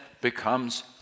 becomes